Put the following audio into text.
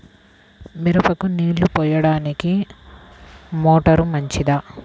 మిరపకు నీళ్ళు పోయడానికి మోటారు మంచిదా?